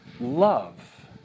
love